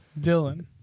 Dylan